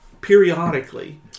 periodically